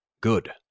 good